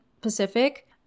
Pacific